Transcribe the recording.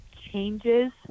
changes